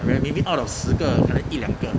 rare maybe out of 十个 maybe 一两个